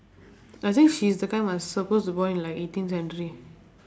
I think she's the kind must supposed to go in like eighteen century